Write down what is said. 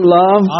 love